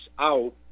out